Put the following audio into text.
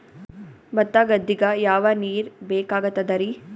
ಭತ್ತ ಗದ್ದಿಗ ಯಾವ ನೀರ್ ಬೇಕಾಗತದರೀ?